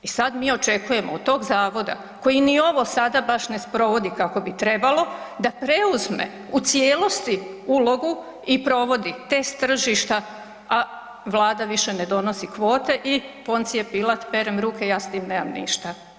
I sada mi očekujemo od tog zavoda koji ni ovo sada baš ne sprovodi kako bi trebalo da preuzme u cijelosti ulogu i provodi test tržišta, a Vlada više ne donosi kvote i Poncije Pilat perem ruke, ja s tim nemam ništa.